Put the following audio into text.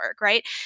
right